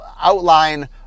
outline